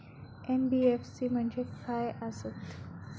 NBFC म्हणजे खाय आसत?